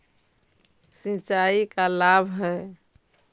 सिंचाई का लाभ है?